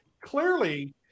clearly